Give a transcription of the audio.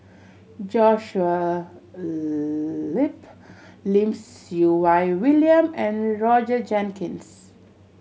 Joshua Lim Siew Wai William and Roger Jenkins